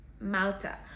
Malta